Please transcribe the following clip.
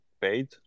paid